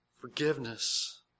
forgiveness